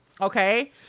okay